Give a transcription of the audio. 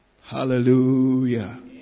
Hallelujah